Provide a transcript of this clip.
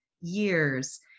years